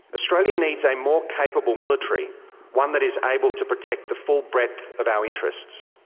australia needs a more capable military one that is able to protect the full breadth of our interests.